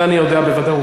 זה אני יודע בוודאות.